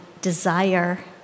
desire